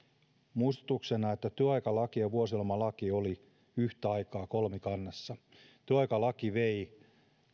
muistutuksena että työaikalaki ja vuosilomalaki olivat yhtä aikaa kolmikannassa työaikalaki vei